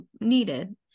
needed